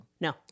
No